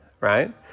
right